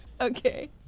Okay